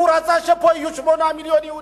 הוא רצה שיהיו פה 8 מיליוני יהודים,